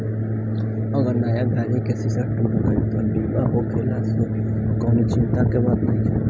अगर नया गाड़ी के शीशा टूट गईल त बीमा होखला से कवनी चिंता के बात नइखे